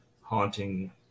haunting